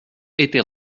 était